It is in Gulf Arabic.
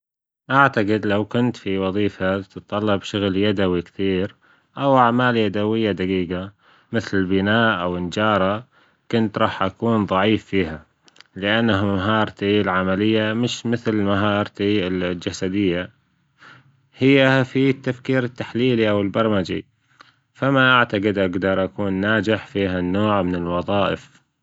أعتجد لو كنت في وظيفة بتتطلب شغل يدوي كتير أو أعمال يدوية دجيجة مثل البناء أو النجارة، كنت راح أكون ضعيف فيها، لأن مهارتي العملية مش مثل مهارتي الجسدية هي في التفكير التحليلي أو البرمجي فما أعتجد أجدر أكون ناجح في هالنوع من الوظائف.